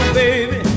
baby